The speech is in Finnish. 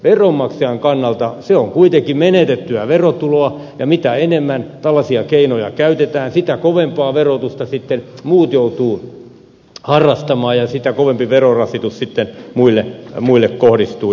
veronmaksajan kannalta se on kuitenkin menetettyä verotuloa ja mitä enemmän tällaisia keinoja käytetään sitä kovempaa verotusta sitten muut joutuvat harrastamaan ja sitä kovempi verorasitus sitten muille kohdistuu